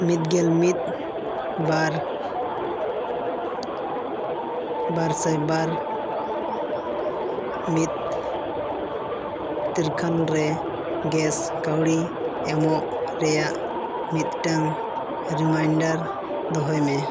ᱢᱤᱫ ᱜᱮᱞ ᱢᱤᱫ ᱵᱟᱨ ᱵᱟᱨ ᱥᱟᱭ ᱵᱟᱨ ᱢᱤᱫ ᱛᱟᱨᱤᱠᱷ ᱨᱮ ᱜᱮᱥ ᱠᱟᱣᱰᱤ ᱮᱢᱚᱜ ᱨᱮᱭᱟᱜ ᱢᱤᱫᱴᱟᱝ ᱨᱤᱢᱟᱭᱤᱱᱰᱟᱨ ᱫᱚᱦᱚᱭ ᱢᱮ